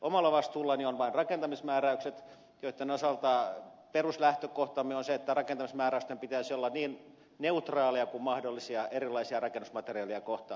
omalla vastuullani on vain rakentamismääräykset joitten osalta peruslähtökohtamme on se että rakentamismääräysten pitäisi olla niin neutraaleja kuin mahdollista erilaisia rakennusmateriaaleja kohtaan